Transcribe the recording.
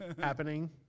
happening